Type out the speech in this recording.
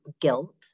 guilt